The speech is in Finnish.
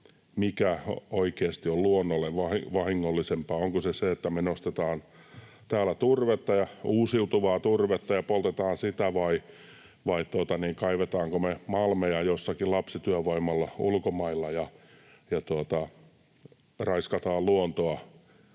mikä oikeasti on luonnolle vahingollisempaa. Onko se se, että me nostetaan täällä turvetta, uusiutuvaa turvetta, ja poltetaan sitä, vai se, kaivetaanko me malmeja jossakin ulkomailla lapsityövoimalla ja raiskataan luontoa